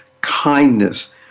kindness